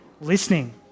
listening